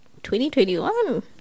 2021